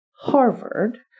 Harvard